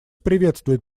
приветствует